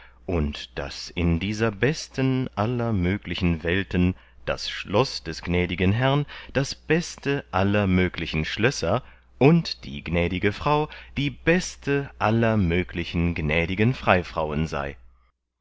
und daß in dieser besten aller möglichen welten das schloß des gnädigen herrn das beste aller möglichen schlösser und die gnädige frau die beste aller möglichen gnädigen freifrauen sei